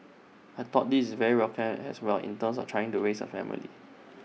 I thought this is very welcome as well in terms of trying to raise A family